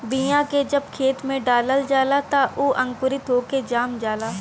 बीया के जब खेत में डालल जाला त उ अंकुरित होके जाम जाला